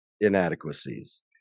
inadequacies